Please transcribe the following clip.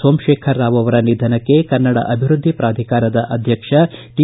ಸೋಮಶೇಖರರಾವ್ ಅವರ ನಿಧನಕ್ಕೆ ಕನ್ನಡ ಅಭಿವೃದ್ದಿ ಪ್ರಾಧಿಕಾರದ ಅಧ್ಯಕ್ಷ ಟಿ